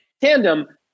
tandem